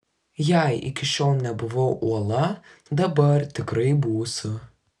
jei iki šiol nebuvau uola dabar tikrai būsiu